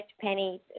Penny